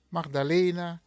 Magdalena